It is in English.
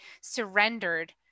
surrendered